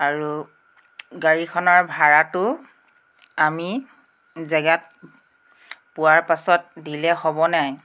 আৰু গাড়ীখনৰ ভাড়াটো আমি জেগাত পোৱাৰ পাছত দিলে হ'ব নাই